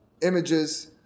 images